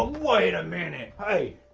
wait a minute, hey!